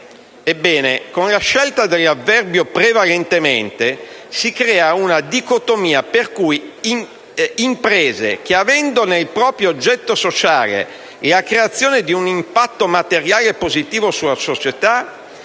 Ebbene, con la scelta dell'avverbio «prevalentemente» si crea una dicotomia per cui imprese che, avendo nel proprio oggetto sociale la creazione di un impatto materiale positivo sulla società